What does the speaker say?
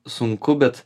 sunku bet